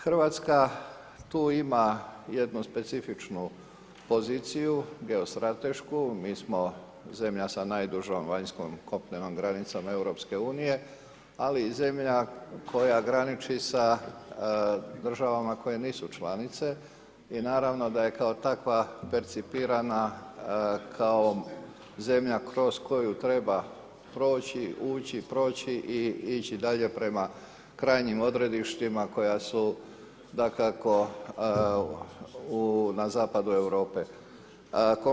Hrvatska tu ima jednu specifičnu poziciju, geostratešku, mi smo zemlja sa najdužom vanjskom kopnenom granicom EU ali i zemlja koja graniči sa državama koje nisu članice i naravno da je kao takva percipirana kao zemlja kroz koju treba proći, ući, proći i ići dalje prema krajnjim odredištima koja su dakako u, na zapadu Europe. koja su dakako na zapadu Europe.